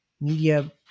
media